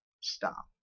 stop